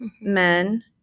men